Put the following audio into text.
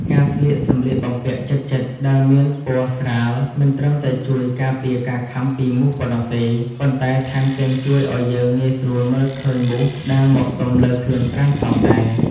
ការស្លៀកសម្លៀកបំពាក់ជិតៗដែលមានពណ៌ស្រាលមិនត្រឹមតែជួយការពារការខាំពីមូសប៉ុណ្ណោះទេ ប៉ុន្តែថែមទាំងជួយឱ្យយើងងាយស្រួលមើលឃើញមូសដែលមកទុំលើខ្លួនប្រាណផងដែរ។